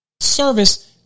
service